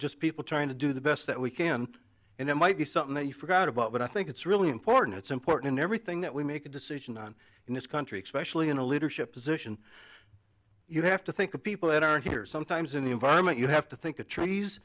just people trying to do the best that we can and it might be something that you forgot about but i think it's really important it's important in everything that we make a decision on in this country expression in a leadership position you have to think of people that aren't here sometimes in the environment you have to think of trees